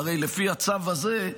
הרי לפי הצו הזה,